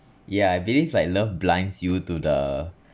yeah I believe like love blinds you to the